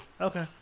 Okay